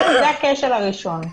זה הכשל הראשון.